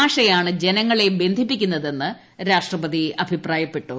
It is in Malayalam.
ഭാഷയാണ് ജനങ്ങളെ ബന്ധിപ്പിക്കുന്നതെന്ന് രാഷ്ട്രപതി അഭിപ്രായപ്പെട്ടു